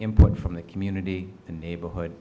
input from the community the neighborhood